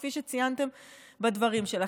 כפי שציינתם בדברים שלכם.